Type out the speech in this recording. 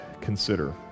consider